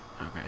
Okay